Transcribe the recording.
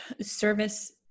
service